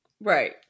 Right